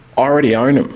already own